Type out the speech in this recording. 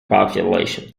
population